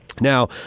Now